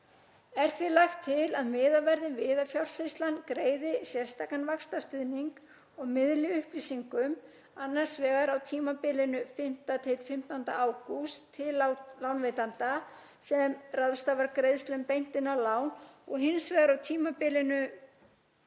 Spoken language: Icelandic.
Er því lagt til að miðað verði við að Fjársýslan greiði sérstakan vaxtastuðning og miðli upplýsingum, annars vegar á tímabilinu 1.–15. ágúst til lánveitanda sem ráðstafar greiðslum beint inn á lán og hins vegar á tímabilinu